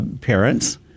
parents